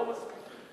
לא מספיק.